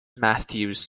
matthews